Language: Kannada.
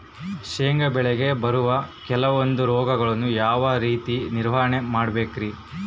ಶೇಂಗಾ ಬೆಳೆಗೆ ಬರುವ ಕೆಲವೊಂದು ರೋಗಗಳನ್ನು ಯಾವ ರೇತಿ ನಿರ್ವಹಣೆ ಮಾಡಬೇಕ್ರಿ?